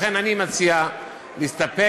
לכן אני מציע להסתפק,